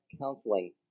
counseling